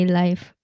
life